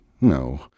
No